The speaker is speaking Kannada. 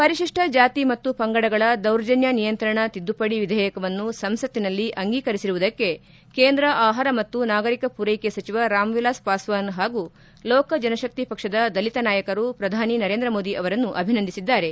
ಪರಿತಿಪ್ಪ ಜಾತಿ ಮತ್ತು ಪಂಗಡಗಳ ದೌರ್ಜನ್ತ ನಿಯಂತ್ರಣ ತಿದ್ದುಪಡಿ ವಿಧೇಯಕವನ್ನು ಸಂಸತ್ತಿನಲ್ಲಿ ಅಂಗೀಕರಿಸಿರುವುದಕ್ಕೆ ಕೇಂದ್ರ ಆಹಾರ ಮತ್ತು ನಾಗರಿಕ ಪೂರೈಕೆ ಸಚಿವ ರಾಮ್ ವಿಲಾಸ್ ಪಾಸ್ಟಾನ್ ಹಾಗೂ ಲೋಕ ಜನಶಕ್ತಿ ಪಕ್ಷದ ದಲಿತ ನಾಯಕರು ಪ್ರಧಾನಿ ನರೇಂದ್ರ ಮೋದಿ ಅವರನ್ನು ಅಭಿನಂದಿಸಿದ್ದಾರೆ